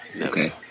Okay